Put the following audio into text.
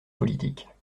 politique